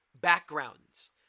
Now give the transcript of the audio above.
backgrounds